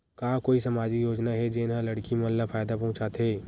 का कोई समाजिक योजना हे, जेन हा लड़की मन ला फायदा पहुंचाथे?